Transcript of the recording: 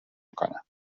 میکنم